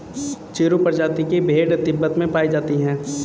चिरु प्रजाति की भेड़ तिब्बत में पायी जाती है